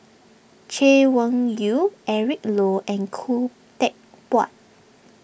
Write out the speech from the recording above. Chay Weng Yew Eric Low and Khoo Teck Puat